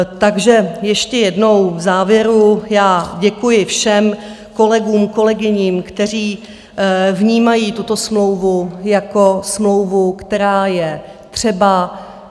Takže ještě jednou v závěru já děkuji všem kolegům, kolegyním, kteří vnímají tuto smlouvu jako smlouvu, která je třeba.